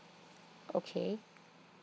okay